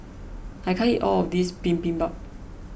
I can't eat all of this Bibimbap